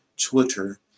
Twitter